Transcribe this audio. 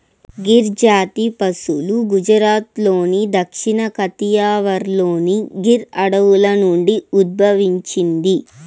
గిర్ జాతి పసులు గుజరాత్లోని దక్షిణ కతియావార్లోని గిర్ అడవుల నుండి ఉద్భవించింది